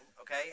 okay